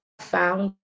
found